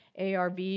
ARV